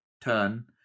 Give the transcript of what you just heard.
turn